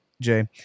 Jay